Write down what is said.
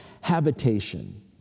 habitation